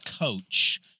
coach